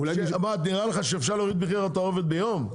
נראה לך שאפשר להוריד את מחיר התערובת ביום?